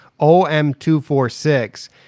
OM246